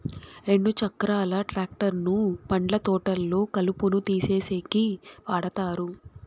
రెండు చక్రాల ట్రాక్టర్ ను పండ్ల తోటల్లో కలుపును తీసేసేకి వాడతారు